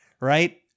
right